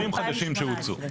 צווים חדשים שהוצאו.